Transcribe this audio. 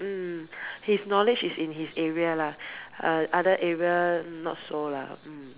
mm his knowledge is in his area lah other area not so lah mm